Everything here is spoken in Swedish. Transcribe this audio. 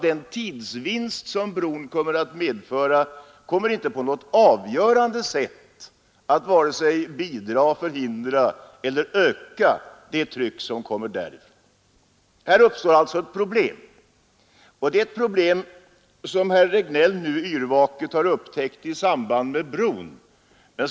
Den tidsvinst som bron kommer att medföra kommer inte att på något avgörande sätt bidra till, förhindra eller öka det tryck som kommer från det hållet. Här uppstår alltså ett problem, och det problemet har herr Regnéll nu yrvaket upptäckt i samband med diskussionerna om bron.